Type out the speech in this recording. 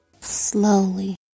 Slowly